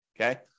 okay